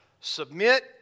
Submit